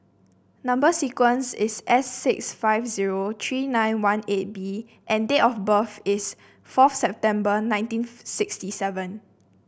number sequence is S six five zero three nine one eight B and date of birth is fourth September nineteen sixty seven